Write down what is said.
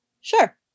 Sure